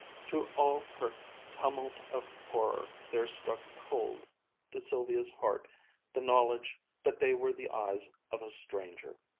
through all her tumult of horror, there struck cold to sylvia's heart the knowledge that they were the eyes of a stranger.